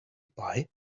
buy